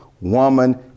woman